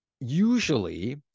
usually